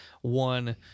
one